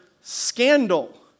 scandal